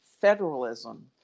federalism